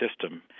system